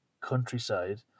countryside